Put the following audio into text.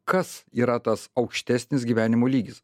kas yra tas aukštesnis gyvenimo lygis